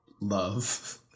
love